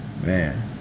man